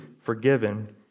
forgiven